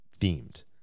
themed